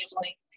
family